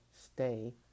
stay